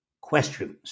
questions